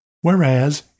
Whereas